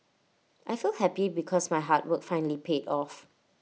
I feel happy because my hard work finally paid off